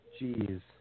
Jeez